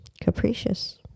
Capricious